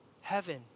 heaven